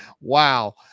Wow